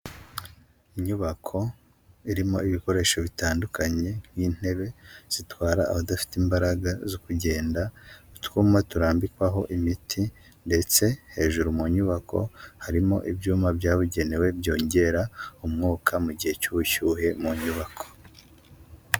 Inyubako irimo ibikoresho bitandukanye, nk'intebe zitwara abadafite imbaraga zo kugenda, utwuma turambikwaho imiti, ndetse hejuru mu nyubako, harimo ibyuma byabugenewe byongera umwuka mu gihe cy'ubushyuhe mu nyubako.